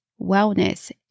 wellness